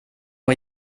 och